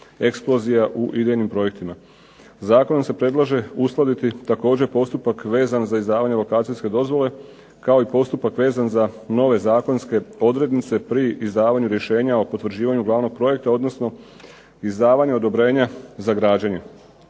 eksplozija u idejnim projektima. Zakonom se predlaže uskladiti također postupak vezan za izdavanja lokacijske dozvole kao i postupak vezan za nove zakonske odrednice pri izdavanju rješenja o potvrđivanju glavnog projekta, odnosno izdavanja odobrenja za građenje.